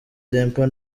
temple